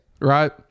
Right